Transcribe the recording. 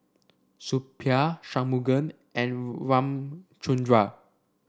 Suppiah Shunmugam and Ramchundra